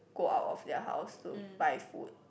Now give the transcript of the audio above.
go out of their house to buy food